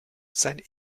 sein